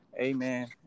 Amen